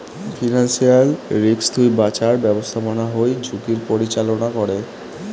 financial risk থুই বাঁচার ব্যাপস্থাপনা হই ঝুঁকির পরিচালনা করে